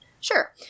Sure